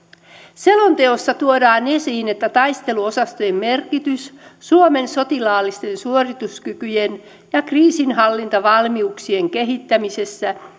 selonteossa tuodaan esiin että taisteluosastojen merkitys suomen sotilaallisten suorituskykyjen ja kriisinhallintavalmiuksien kehittämisessä